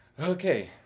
okay